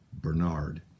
Bernard